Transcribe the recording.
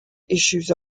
issues